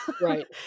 right